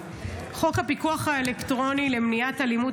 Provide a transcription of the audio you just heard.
חוק הפיקוח האלקטרוני למניעת אלימות